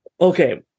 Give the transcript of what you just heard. Okay